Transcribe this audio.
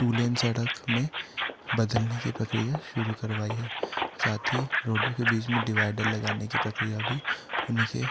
to lane सड़क में बदलने की प्रक्रिया शुरू करवाई है साथ ही रोडों के बीच में डिवाइडर लगाने की प्रक्रिया भी उन्हीं के